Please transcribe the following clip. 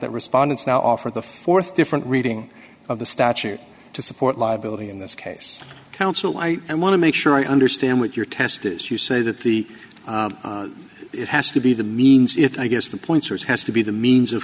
that respondents now offer the th different reading of the statute to support liability in this case counsel i want to make sure i understand what your test is you say that the it has to be the means it i guess the points are as has to be the means of